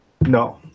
no